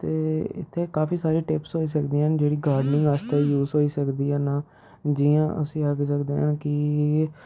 ते इत्थें काफी सारी टिप्स होई सकदियां न जेह्ड़ी गार्डनिंग आस्तै यूज़ होई सकदियां न जियां अस एह् आक्खी सकदे आं कि